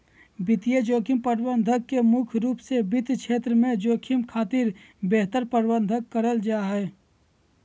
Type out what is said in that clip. वित्तीय जोखिम प्रबंधन में मुख्य रूप से वित्त क्षेत्र में जोखिम खातिर बेहतर प्रबंध करल जा हय